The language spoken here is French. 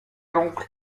l’oncle